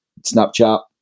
snapchat